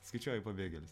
skaičiuoju pabėgėlius